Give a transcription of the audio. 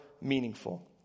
meaningful